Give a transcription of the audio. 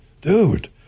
dude